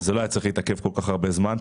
זה לא היה צריך להתעכב כל כך הרבה זמן.